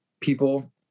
people